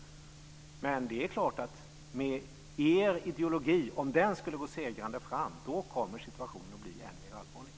Men om er ideologi går segrande fram kommer situationen att bli än mer allvarlig.